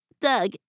Doug